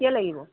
কেতিয়া লাগিব